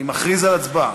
אני מכריז על הצבעה.